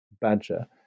badger